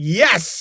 yes